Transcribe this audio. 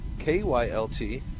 KYLT